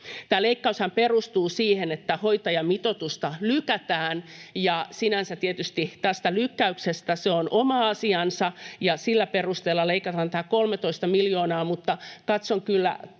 leikkaushan perustuu siihen, että hoitajamitoitusta lykätään, ja sinänsä tietysti tämä lykkäys on oma asiansa ja sillä perusteella leikataan tämä 13 miljoonaa, mutta katson kyllä